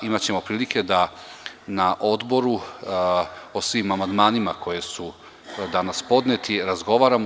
Imaćemo prilike da na odboru o svim amandmanima koji su danas podneti razgovaramo.